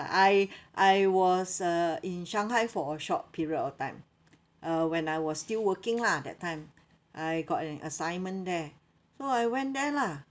I I was uh in shanghai for a short period of time uh when I was still working lah that time I got an assignment there so I went there lah